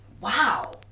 wow